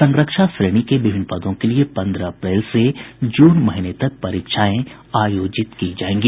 संरक्षा श्रेणी के विभिन्न पदों के लिए पन्द्रह अप्रैल से जून महीने तक परीक्षाएं आयोजित की जायेंगी